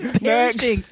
Next